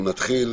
אנחנו נתחיל